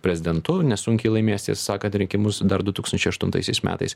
prezidentu nesunkiai laimės tiesą sakant rinkimus dar du tūkstančiai aštuntaisiais metais